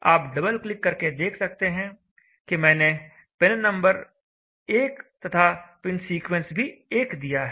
आप double click करने पर देख सकते हैं कि मैंने पिननंबर 1 तथा पिनसीक्वेंस भी 1 दिया है